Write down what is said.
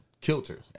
kilter